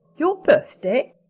your birthday?